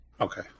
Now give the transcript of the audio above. Okay